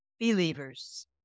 believers